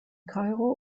kairo